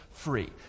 free